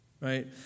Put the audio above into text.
right